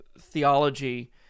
Theology